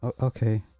okay